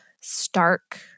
stark